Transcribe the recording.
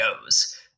goes